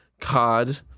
cod